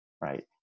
right